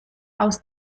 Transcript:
aus